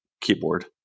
keyboard